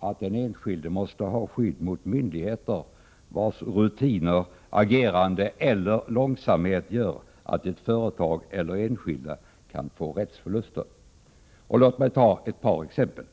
att den enskilde måste ha skydd mot myndigheter vars rutiner, agerande eller långsamhet gör att ett företag eller enskilda kan få rättsförluster. Låt mig ta ett par exempel.